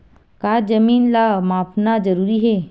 का जमीन ला मापना जरूरी हे?